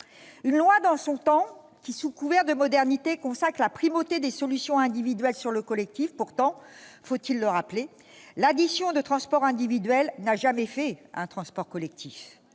une loi bien dans son temps qui, sous couvert de modernité, consacre la primauté des solutions individuelles sur le collectif. Or, faut-il le rappeler, l'addition de transports individuels n'a jamais fait un transport collectif.